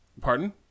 Pardon